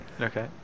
Okay